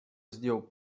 zdjął